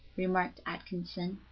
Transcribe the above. remarked atkinson.